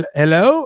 hello